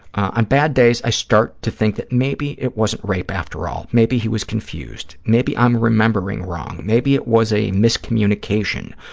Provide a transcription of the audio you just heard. on bad days, i start to think that maybe it wasn't rape after all, maybe he was confused, maybe i'm remembering wrong, maybe it was a miscommunication.